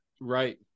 Right